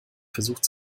versucht